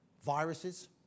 Viruses